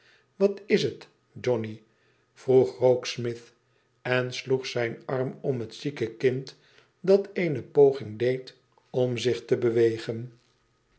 wat is het johnny vroeg rokesmith en sloeg zijn arm om het zieke kind dat eene poging deed om zich te bewegen